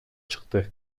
чыкты